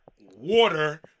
water